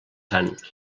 sant